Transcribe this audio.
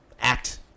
act